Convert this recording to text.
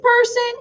person